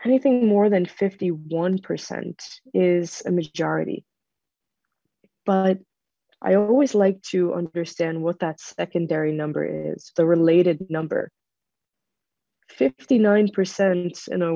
anything more than fifty one percent is a majority but i always like to understand what that secondary number is the related number fifty nine percent